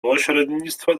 pośrednictwo